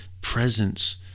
presence